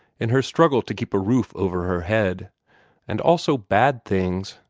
in her struggle to keep a roof over her head and also bad things,